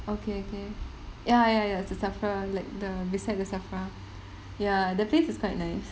okay okay ya ya ya it's the SAFRA like the beside the SAFRA ya the place is quite nice